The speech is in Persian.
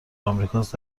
آمریکاست